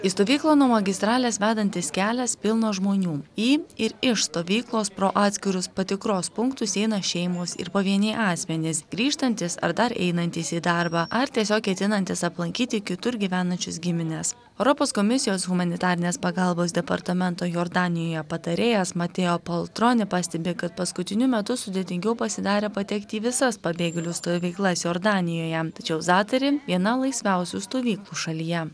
į stovyklą nuo magistralės vedantis kelias pilnas žmonių į ir iš stovyklos pro atskirus patikros punktus eina šeimos ir pavieniai asmenys grįžtantys ar dar einantys į darbą ar tiesiog ketinantys aplankyti kitur gyvenančius gimines europos komisijos humanitarinės pagalbos departamento jordanijoje patarėjas mateo poltroni pastebi kad paskutiniu metu sudėtingiau pasidarė patekti į visas pabėgėlių stovyklas jordanijoje tačiau zatari viena laisviausių stovyklų šalyje